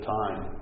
time